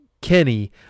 Kenny